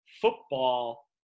football